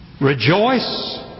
Rejoice